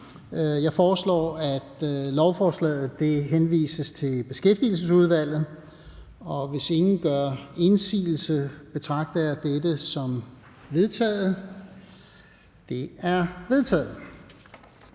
Jeg foreslår, at lovforslaget henvises til Beskæftigelsesudvalget. Hvis ingen gør indsigelse, betragter jeg dette som vedtaget. Det er vedtaget.